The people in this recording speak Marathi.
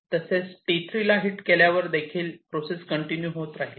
तसेच T3 ला हिट केल्यावर प्रोसेस कंटिन्यू होत राहील